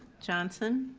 johnson?